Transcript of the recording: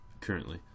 Currently